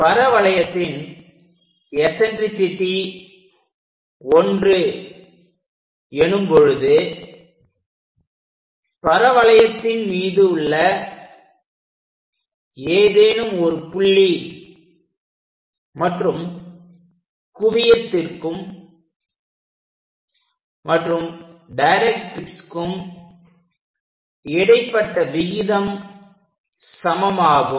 பரவளையத்தின் eccentricity 1 எனும் பொழுது பரவளையத்தின் மீது உள்ள ஏதேனும் ஒரு புள்ளி மற்றும் குவியத்திற்கும் மற்றும் டைரக்ட்ரிக்ஸ்க்கும் இடைப்பட்ட விகிதம் சமமாகும்